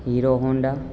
Hero Honda